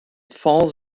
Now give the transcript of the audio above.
falls